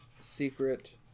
Secret